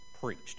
preached